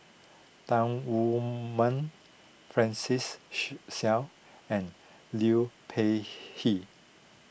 Tan Wu Meng Francis Seow and Liu Peihe